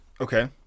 Okay